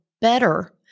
better